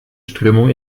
strömung